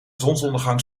zonsondergang